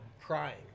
crying